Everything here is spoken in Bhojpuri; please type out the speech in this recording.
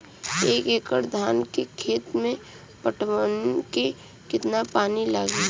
एक एकड़ धान के खेत के पटवन मे कितना पानी लागि?